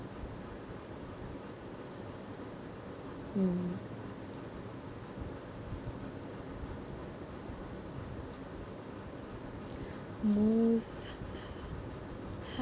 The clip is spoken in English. mm most